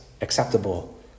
acceptable